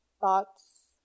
thoughts